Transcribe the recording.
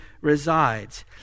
resides